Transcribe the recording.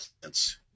plants